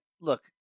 look